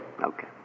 Okay